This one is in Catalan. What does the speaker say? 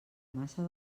massa